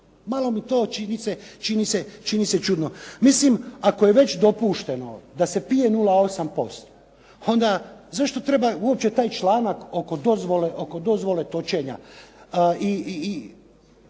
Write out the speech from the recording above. Malo mi to čini se čudno. Mislim, ako je već dopušteno da se pije 0,8%, onda zašto treba uopće taj članak oko dozvole točenja i